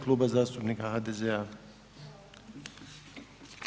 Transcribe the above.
Kluba zastupnika HDZ-a.